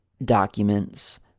documents